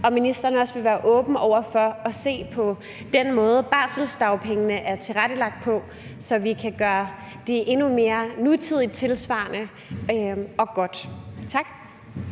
også vil være åben over for at se på den måde, barselsdagpengesystemet er tilrettelagt på – så vi kan gøre det endnu mere nutidigt, tilsvarende og godt. Tak.